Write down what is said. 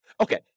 Okay